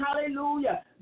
Hallelujah